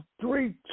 three